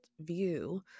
view